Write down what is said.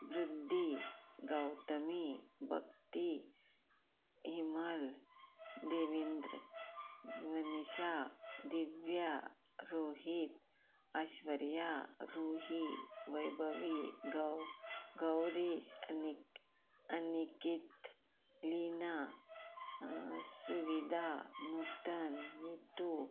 वृद्दी गौतमी भक्ती हेमल देवेंद्र मनीशा दिव्या रोहीत आश्वेर्या रुही वैभवी गौ गौरेश अनिक अनिकेत लिना सुविधा नुतन मितू